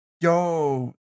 Yo